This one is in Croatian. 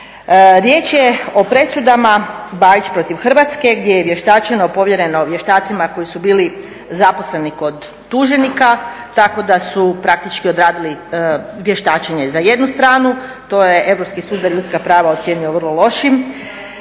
Riječ je o presudama Bajić protiv Hrvatske gdje je vještacima povjereno koji su bili zaposleni kod tuženika tako da su praktički odradili vještačenje za jednu stranu, to je Europski sud za ljudska prava vrlo lošim.